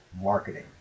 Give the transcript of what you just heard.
marketing